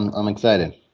i'm um excited.